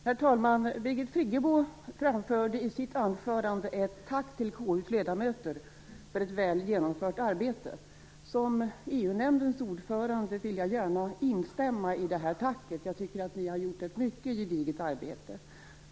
Herr talman! Birgit Friggebo framförde i sitt anförande ett tack till KU:s ledamöter för ett väl genomfört arbete. Som EU-nämndens ordförande vill jag gärna instämma i det tacket. Jag tycker att ni har gjort ett mycket gediget arbete.